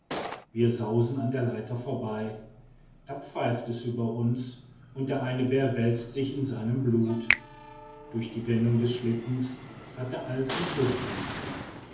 wir sausen an der leiter vorbei da pfeift es über uns und der eine bär wälzt sich in seinem blut durch die wendung des schlittens hatte all zum schuß kommen können